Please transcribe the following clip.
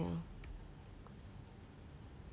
ya